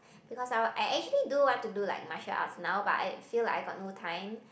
because I I actually do want to do like martial arts now but I feel like I got no time